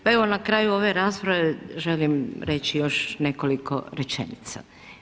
Pa evo na kraju ove rasprave, želim reći još nekoliko rečenica.